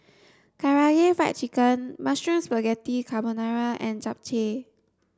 Karaage Fried Chicken Mushroom Spaghetti Carbonara and Japchae